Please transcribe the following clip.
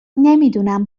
نمیدونم